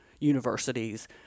universities